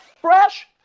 fresh